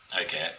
Okay